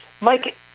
Mike